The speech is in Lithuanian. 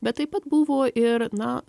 bet taip pat buvo ir na